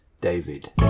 David